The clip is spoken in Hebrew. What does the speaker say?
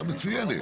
מצוינת.